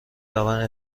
روند